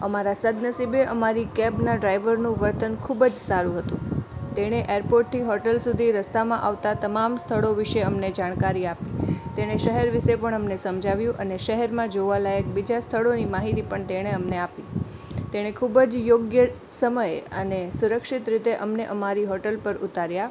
અમારા સદનસીબે અમારી કૅબના ડ્રાઇવરનું વર્તન ખૂબ જ સારું હતું તેણે એરપોર્ટથી હોટલ સુધી આવતાં તમામ સ્થળો વિશે અમને જાણકારી આપી તેણે શહેર વિશે પણ અમને સમજાવ્યું અને શહેરમાં જોવાલાયક બીજા સ્થળોની માહિતી પણ તેણે અમને આપી તેણે ખૂબ જ યોગ્ય સમયે અને સુરક્ષિત રીતે અમને અમારી હોટેલ પર ઉતાર્યા